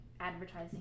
advertising